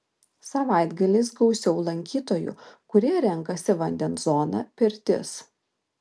savaitgaliais gausiau lankytojų kurie renkasi vandens zoną pirtis